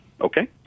okay